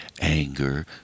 anger